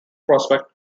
prospect